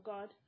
God